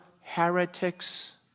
heretics